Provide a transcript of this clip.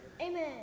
Amen